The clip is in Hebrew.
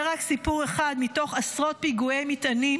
זה רק סיפור אחד מתוך עשרות פיגועי מטענים